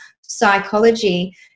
psychology